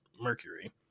Mercury